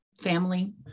family